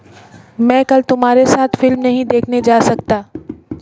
मैं कल तुम्हारे साथ फिल्म नहीं देखने जा सकता